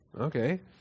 okay